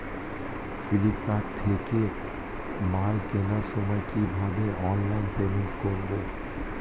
Flipkart থেকে মাল কেনার সময় কিভাবে অনলাইনে পেমেন্ট করব?